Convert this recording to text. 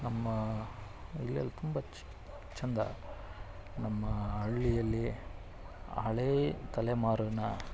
ನಮ್ಮ ಇಲ್ಲೆಲ್ಲ ತುಂಬ ಚೆಂದ ನಮ್ಮ ಹಳ್ಳಿಯಲ್ಲಿ ಹಳೆ ತಲೆಮಾರಿನ